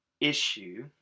issue